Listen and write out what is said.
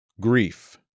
Grief